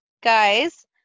guys